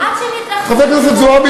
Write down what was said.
חברת הכנסת זועבי,